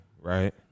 right